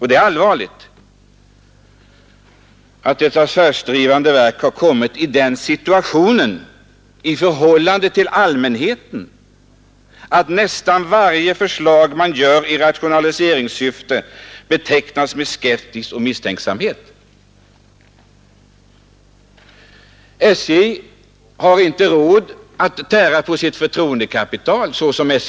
Det är allvarligt att ett affärsdrivande verk har kommit i den situationen att nästan varje förslag som man lägger fram i rationaliseringssyfte bemöts med misstänksamhet från allmän hetens sida. SJ har inte råd att tära på sitt förtroendekapital så som SJ gjort.